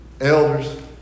elders